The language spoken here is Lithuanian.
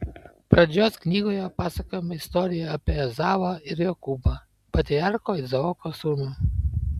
pradžios knygoje pasakojama istorija apie ezavą ir jokūbą patriarcho izaoko sūnų